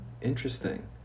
Interesting